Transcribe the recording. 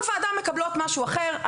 מקבלות משהו אחר בכל ועדה.